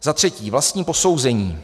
Za třetí vlastní posouzení.